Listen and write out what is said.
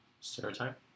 Stereotype